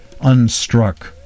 unstruck